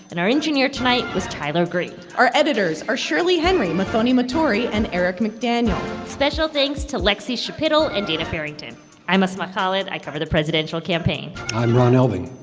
and our engineer tonight was tyler greene our editors are shirley henry, muthoni muturi and eric mcdaniel special thanks to lexie schapitl and dana farrington i'm asma khalid. i cover the presidential campaign i'm ron elving,